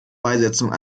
beisetzung